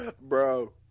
Bro